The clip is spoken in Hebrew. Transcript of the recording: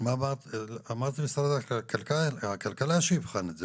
אמרתי שמשרד הכלכלה יבחן את זה,